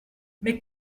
mais